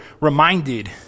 reminded